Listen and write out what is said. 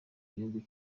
gihugu